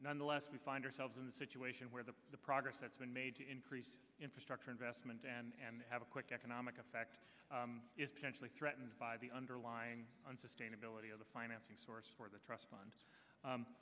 nonetheless we find ourselves in a situation where the progress that's been made to increase infrastructure investment and have a quick economic effect is potentially threatened by the underlying unsustainability of the financing source for the trust fund